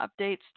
updates